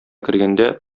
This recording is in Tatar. кергәндә